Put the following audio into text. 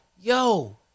yo